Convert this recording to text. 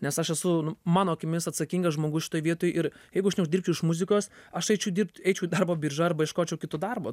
nes aš esu nu mano akimis atsakingas žmogus šitoj vietoj ir jeigu aš neuždirbčiau iš muzikos aš eičiau dirbt eičiau į darbo biržą arba ieškočiau kito darbo